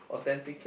or dedicate